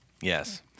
Yes